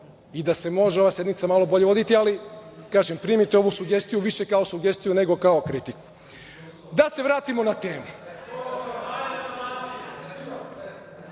da se ova sednica može malo bolje voditi, ali, kažem, primite ovu sugestiju više kao sugestiju nego kao kritiku. Da se vratimo na temu.10/2